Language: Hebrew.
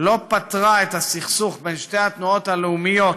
לא פתרה את הסכסוך בין שתי התנועות הלאומיות,